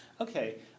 Okay